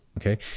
okay